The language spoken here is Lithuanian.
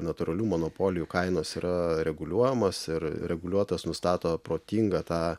natūralių monopolijų kainos yra reguliuojamos ir reguliuotojas nustato protingą tą